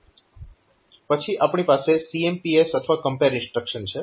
પછી આપણી પાસે CMPS અથવા કમ્પેર ઇન્સ્ટ્રક્શન છે